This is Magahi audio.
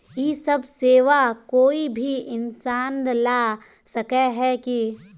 इ सब सेवा कोई भी इंसान ला सके है की?